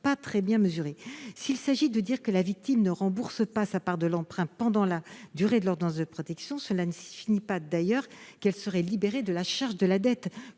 pas très bien mesurés. S'il s'agit de prévoir que la victime ne rembourse pas sa part de l'emprunt pendant la durée de l'ordonnance de protection, cela ne signifie pas pour autant qu'elle serait libérée de la charge de la dette.